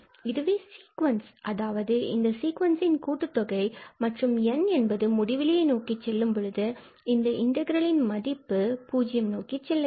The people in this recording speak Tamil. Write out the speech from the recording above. இதுவே சீக்வென்ஸ் அதாவது இந்த சீக்வென்ஸ் இன் கூட்டுத்தொகை மற்றும் n என்பது முடிவிலியை நோக்கிச் செல்லும் பொழுது இந்த இன்டகிரலில் இதன் மதிப்பு பூஜ்ஜியம் நோக்கிச் செல்லவேண்டும்